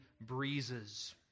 breezes